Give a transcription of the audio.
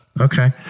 okay